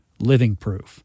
livingproof